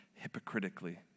hypocritically